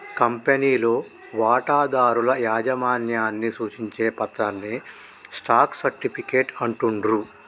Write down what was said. కంపెనీలో వాటాదారుల యాజమాన్యాన్ని సూచించే పత్రాన్నే స్టాక్ సర్టిఫికేట్ అంటుండ్రు